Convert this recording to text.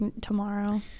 tomorrow